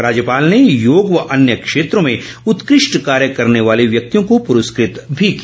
राज्यपाल ने योग व अन्य क्षेत्रों में उत्कृष्ट कार्ये करने वाले व्यक्तियों को प्रस्कृत भी किया